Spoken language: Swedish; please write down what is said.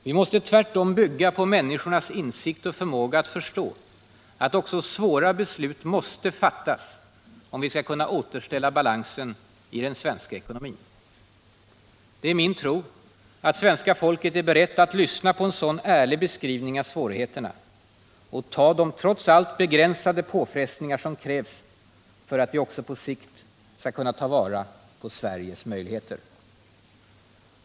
Vi måste tvärtom bygga på människornas insikt och förmåga att förstå att också svåra beslut måste fattas om vi skall kunna återställa balansen i den svenska ekonomin. Det är min tro att svenska folket är berett att lyssna på en sådan ärlig beskrivning av svårigheter och ta de trots allt begränsade påfrestningar som krävs för att vi också på sikt skall kunna ta vara på Sveriges möjligheter.